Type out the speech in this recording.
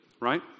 Right